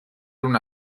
una